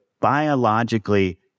biologically